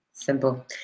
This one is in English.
Simple